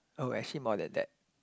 oh actually more than that